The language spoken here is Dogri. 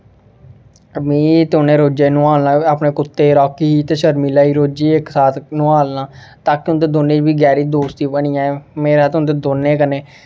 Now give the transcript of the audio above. में ते हून रोजै नुहालना अपने कुत्ते राॅकी ई ते शर्मिला ई रोजै दे इक साथ नुहालना ताकि उं'दे दौनें दी गैह्री दोस्ती बनी जाए मेरा ते उं'दे दौनें कन्नै